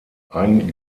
ein